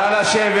נא לשבת.